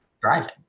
driving